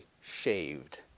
shaved